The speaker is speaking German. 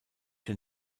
den